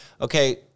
Okay